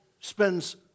spends